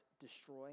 destroy